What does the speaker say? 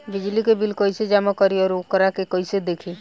बिजली के बिल कइसे जमा करी और वोकरा के कइसे देखी?